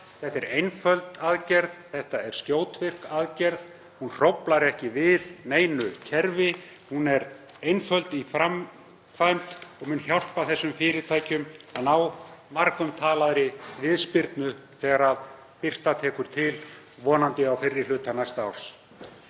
Þetta er einföld aðgerð. Þetta er skjótvirk aðgerð. Hún hróflar ekki við neinu kerfi. Hún er einföld í framkvæmd og mun hjálpa þessum fyrirtækjum að ná margumtalaðri viðspyrnu þegar birta tekur til, vonandi á fyrri hluta næsta árs.